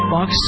Box